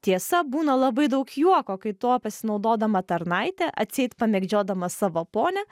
tiesa būna labai daug juoko kai tuo pasinaudodama tarnaitė atseit pamėgdžiodama savo ponią